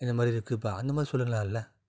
இந்த மாதிரி இருக்குப்பா அந்த மாதிரி சொல்லலான்ல